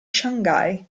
shanghai